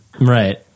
Right